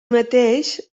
mateix